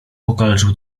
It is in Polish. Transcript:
okaleczył